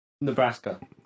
Nebraska